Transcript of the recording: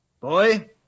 Boy